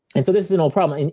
and so this is an old problem. and